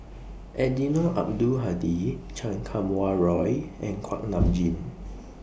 Eddino Abdul Hadi Chan Kum Wah Roy and Kuak Nam Jin